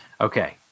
Okay